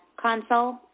console